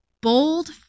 Bold